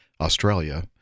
Australia